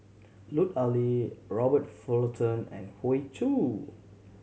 Lut Ali Robert Fullerton and Hoey Choo